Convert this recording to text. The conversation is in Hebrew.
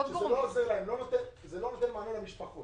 אם הוא לוקח עורך דין טוב הוא אולי מצליח להוציא משהו.